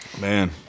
Man